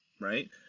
right